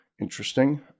Interesting